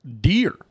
deer